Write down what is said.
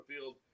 field